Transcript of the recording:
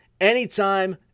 anytime